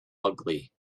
ugly